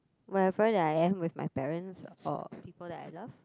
wherever that I am with my parents or people that I love